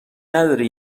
نداری